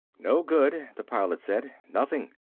no good, the pilot said. nothing.